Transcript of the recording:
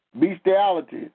bestiality